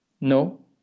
no